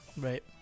Right